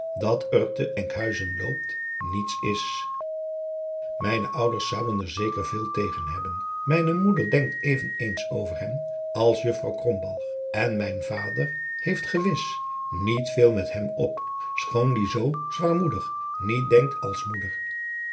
dat er te enkhuizen loopt niets is mijne ouders zouden er zeker veel tegen hebben mijne moeder denkt even eens over hem als juffrouw krombalg en mijn vader heeft gewis niet veel met hem op schoon die anders zoo zwaarmoeniet denkt als moeder